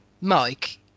mike